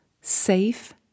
safe